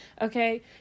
okay